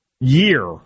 year